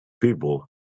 people